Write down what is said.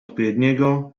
odpowiedniego